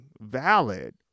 valid